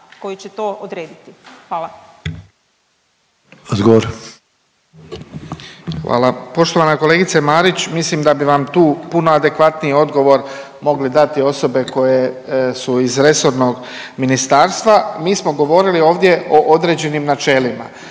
Odgovor. **Ćelić, Ivan (HDZ)** Hvala. Poštovana kolegice Marić, mislim da bi vam tu puno adekvatniji odgovor mogli dati osobe koje su iz resornog ministarstva. Mi smo govorili ovdje o određenim načelima